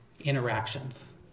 interactions